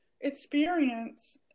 experience